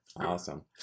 Awesome